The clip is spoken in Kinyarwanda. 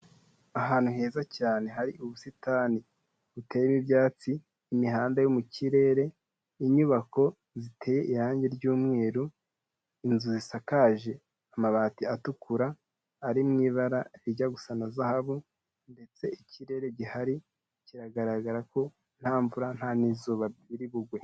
Ahantu heza cyane hari ubusitani buteyemo ibyatsi, imihanda yo mu kirere, inyubako ziteye irangi ry'umweru, inzu zisakaje amabati atukura ari mu ibara rijya gusa na zahabu ndetse ikirere gihari kiragaragara ko nta mvura n'izuba biri bugwe.